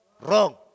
wrong